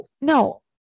No